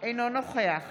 אינו נוכח